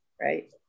right